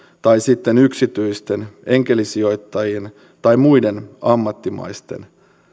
tai sitten yksityisten enkelisijoittajien tai muiden ammattimaisten